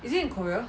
is in korea